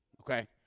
Okay